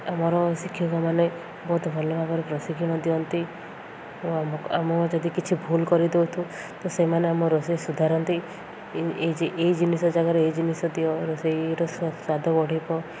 ଆମର ଶିକ୍ଷକମାନେ ବହୁତ ଭଲ ଭାବରେ ପ୍ରଶିକ୍ଷଣ ଦିଅନ୍ତି ଓ ଆମେ ଯଦି କିଛି ଭୁଲ୍ କରିଦେଉଛୁ ତ ସେମାନେ ଆମ ରୋଷେଇ ସୁଧାରନ୍ତି ଏ ଏଇ ଜିନିଷ ଜାଗାରେ ଏଇ ଜିନିଷ ଦିଅ ରୋଷେଇର ସ୍ୱାଦ ବଢ଼ିବ